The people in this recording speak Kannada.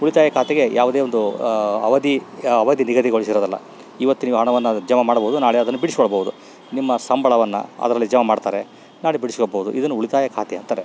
ಉಳಿತಾಯ ಖಾತೆಗೆ ಯಾವುದೇ ಒಂದು ಅವಧಿ ಅವಧಿ ನಿಗದಿಗೊಳಿಸಿರೋದಿಲ್ಲ ಇವತ್ತು ನೀವು ಹಣವನ್ನು ಜಮಾ ಮಾಡ್ಬೋದು ನಾಳೆ ಅದನ್ನು ಬಿಡಿಸ್ಕೊಳ್ಬೋದು ನಿಮ್ಮ ಸಂಬಳವನ್ನು ಅದರಲ್ಲಿ ಜಮಾ ಮಾಡ್ತಾರೆ ನಾಡಿದ್ದು ಬಿಡಿಸ್ಕೊಬೋದು ಇದನ್ನ ಉಳಿತಾಯ ಖಾತೆ ಅಂತಾರೆ